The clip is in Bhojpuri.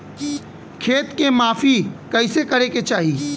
खेत के माफ़ी कईसे करें के चाही?